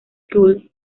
school